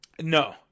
no